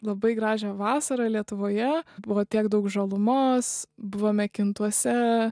labai gražią vasarą lietuvoje buvo tiek daug žalumos buvome kintuose